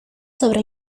sobre